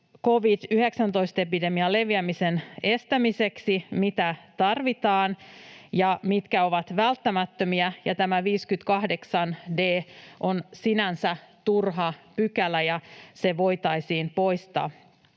covid-19-epidemian leviämisen estämiseksi, mitä tarvitaan ja mitkä ovat välttämättömiä, ja tämä 58 d § on sinänsä turha pykälä ja se voitaisiin poistaa.